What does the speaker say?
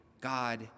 God